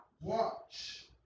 Watch